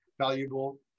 valuable